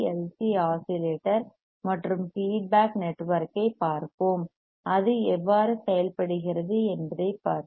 C oscillator மற்றும் feedback நெட்வொர்க்கைப் பார்ப்போம் அது எவ்வாறு செயல்படுகிறது என்பதைப் பார்ப்போம்